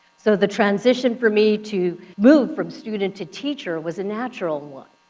so the transition for me to move from student to teacher was a natural one.